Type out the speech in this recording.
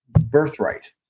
birthright